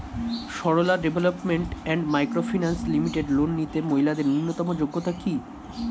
Sarala development and micro finance limited loan নিতে মহিলাদের ন্যূনতম যোগ্যতা কী?